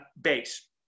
base